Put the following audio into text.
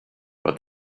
but